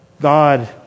god